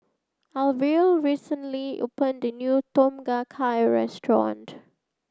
Arvil recently opened a new Tom Kha Gai Restaurant